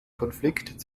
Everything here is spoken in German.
konflikt